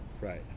Right